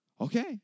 okay